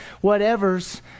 whatever's